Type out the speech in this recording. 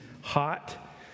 hot